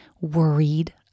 worried